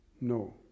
No